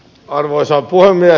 arvoisa puhemies